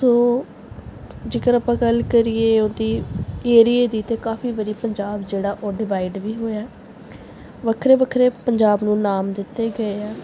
ਸੋ ਜੇਕਰ ਆਪਾਂ ਗੱਲ ਕਰੀਏ ਉਹਦੀ ਏਰੀਏ ਦੀ ਤਾਂ ਕਾਫ਼ੀ ਵਾਰੀ ਪੰਜਾਬ ਜਿਹੜਾ ਉਹ ਡਿਵਾਈਡ ਵੀ ਹੋਇਆ ਵੱਖਰੇ ਵੱਖਰੇ ਪੰਜਾਬ ਨੂੰ ਨਾਮ ਦਿੱਤੇ ਗਏ ਹੈ